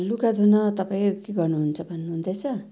लुगा धुन तपाईँ के गर्नुहुन्छ भन्नुहुँदैछ